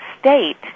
state